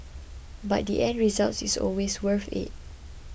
but the end result is always worth it